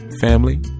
family